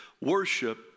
worship